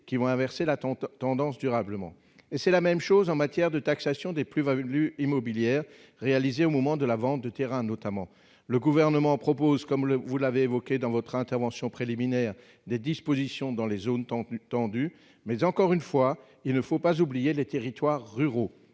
qui vont inverser la attente tendance durablement, et c'est la même chose en matière de taxation des plus values immobilières réalisées au moment de la vente de terrains, notamment le gouvernement propose comme le vous l'avez évoqué dans votre intervention préliminaire des dispositions dans les zones tendues tendue mais encore une fois, il ne faut pas oublier les territoires ruraux,